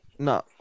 No